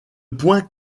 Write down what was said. point